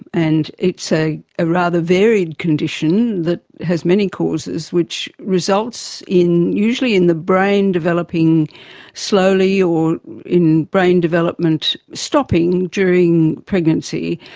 and it's a ah rather varied condition that has many causes which results in usually the brain developing slowly or in brain development stopping during pregnancy,